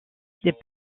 les